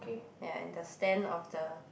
and the stand of the